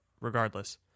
Regardless